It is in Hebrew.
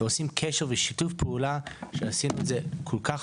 ועושים קשר ושיתוף פעולה שעשינו את זה כל כך